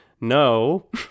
No